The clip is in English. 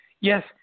yes